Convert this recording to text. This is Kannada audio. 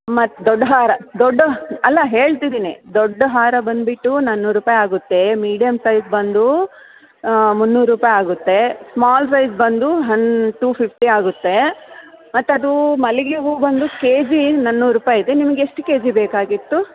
ಮತ್ತು ದೊಡ್ಡ ಹಾರ ದೊಡ್ಡ ಅಲ್ಲ ಹೇಳ್ತಿದೀನಿ ದೊಡ್ಡ ಹಾರ ಬಂದು ಬಿಟ್ಟು ನಾನ್ನೂರು ರೂಪಾಯಿ ಆಗುತ್ತೆ ಮೀಡಿಯಮ್ ಸೈಜ್ ಬಂದು ಮುನ್ನೂರು ರೂಪಾಯಿ ಆಗುತ್ತೆ ಸ್ಮಾಲ್ ಸೈಜ್ ಬಂದು ಹನ್ ಟೂ ಫಿಫ್ಟಿ ಆಗುತ್ತೆ ಮತ್ತು ಅದು ಮಲ್ಲಿಗೆ ಹೂ ಬಂದು ಕೆಜಿ ನಾನ್ನೂರು ರೂಪಾಯಿ ಇದೆ ನಿಮಗೆ ಎಷ್ಟು ಕೆಜಿ ಬೇಕಾಗಿತ್ತು